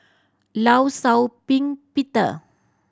Law Shau Ping Peter